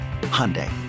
Hyundai